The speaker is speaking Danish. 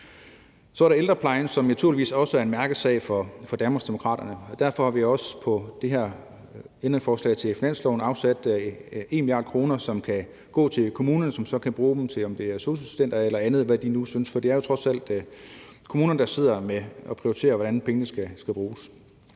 er der ældreplejen, som naturligvis også er en mærkesag for Danmarksdemokraterne. Derfor har vi også i det her ændringsforslag til finansloven afsat 1 mia. kr., som kan gå til kommunerne, som så kan bruge dem til sosu-assistenter eller andet, de nu synes, for det er jo trods alt kommunerne, der sidder og prioriterer, hvordan pengene skal bruges.